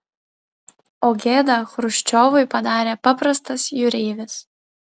o gėdą chruščiovui padarė paprastas jūreivis